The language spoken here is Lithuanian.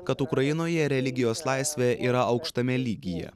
kad ukrainoje religijos laisvė yra aukštame lygyje